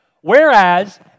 whereas